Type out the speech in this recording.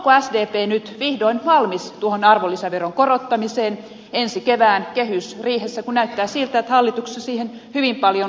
onko sdp nyt vihdoin valmis tuohon arvonlisäveron korottamiseen ensi kevään kehysriihessä kun näyttää siltä että hallituksessa siihen hyvin paljon tahtoa on